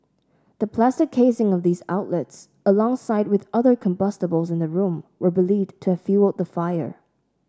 the plastic casing of these outlets alongside with other combustibles in the room were believed to have fuelled the fire